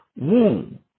womb